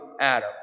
Adam